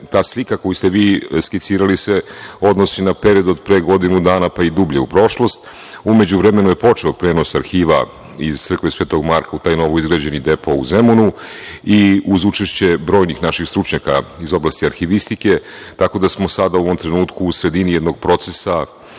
ta slika koju ste vi skicirali se odnosi na period od pre godinu dana, pa svakako i dublje u prošlost.U međuvremenu je počeo prenos arhiva iz crkve Sv. Marka u taj novoizgrađeni depo u Zemunu, i uz učešće brojnih naših stručnjaka iz oblasti arhivistike, tako da smo sada u ovom trenutku u sredini jednog procesa,